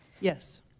Yes